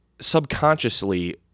subconsciously